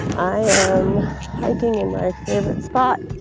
i am hiking in my favorite spot,